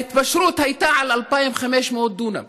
הייתה התפשרות על 2,500 דונם,